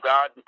God